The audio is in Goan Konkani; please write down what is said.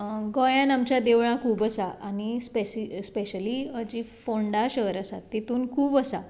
गोंयान आमच्यां देवळां खूब आसा स्पेशली जी फोंडा शहर आसा तितुन खुब आसा